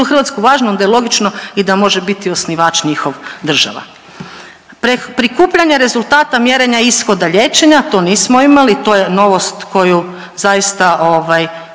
Hrvatsku važne onda je logično i da može biti osnivač njihov država. Prikupljanje rezultata mjerenja ishoda liječenja, to nismo imali to je novost koju zaista